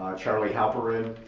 charlie hoperin,